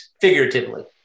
figuratively